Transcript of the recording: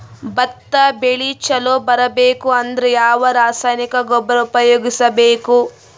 ಭತ್ತ ಬೆಳಿ ಚಲೋ ಬರಬೇಕು ಅಂದ್ರ ಯಾವ ರಾಸಾಯನಿಕ ಗೊಬ್ಬರ ಉಪಯೋಗಿಸ ಬೇಕು?